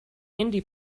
indie